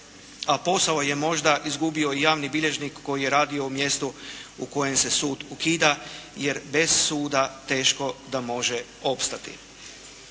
A posao je možda izgubio i javni bilježnik koji je radio u mjestu u kojem se sud ukida. Jer bez suda teško da može opstati.